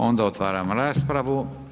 Onda otvaram raspravu.